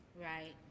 Right